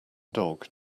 dog